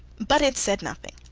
but it said nothing.